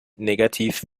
negativ